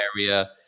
area